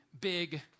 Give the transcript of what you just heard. big